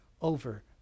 over